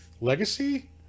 Legacy